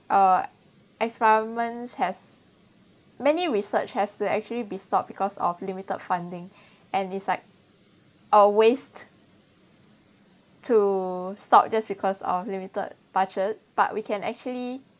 uh experiments has many research has to actually be stopped because of limited funding and it’s like a waste to stop just because of limited budget but we can actually